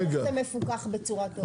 איך זה מפוקח בצורה טובה?